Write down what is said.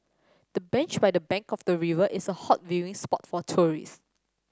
the bench by the bank of the river is a hot viewing spot for tourists